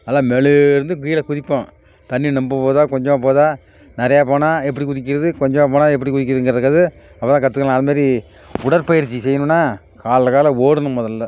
நல்லா மேலேருந்து கீழே குதிப்பேன் தண்ணி ரொம்ப போகுதா கொஞ்சமாக போகுதா நிறையா போனால் எப்படி குதிக்கிறது கொஞ்சமாக போனால் எப்படி குதிக்கிறதுங்கறத அதெல்லாம் கற்றுக்கலாம் அது மாதிரி உடல் பயிற்சி செய்யணும்ன்னா காலைல காலைல ஓடணும் முதல்ல